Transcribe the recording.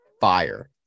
fire